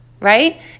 right